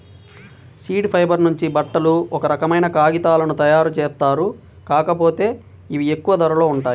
seed fibre నుంచి బట్టలు, ఒక రకమైన కాగితాలను తయ్యారుజేత్తారు, కాకపోతే ఇవి ఎక్కువ ధరలో ఉంటాయి